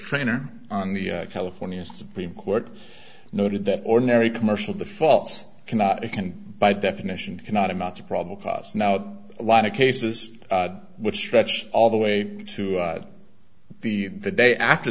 trainer on the california supreme court noted that ordinary commercial defaults cannot it can by definition cannot amount to probable cause now a lot of cases which stretch all the way to the the day after